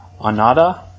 Anada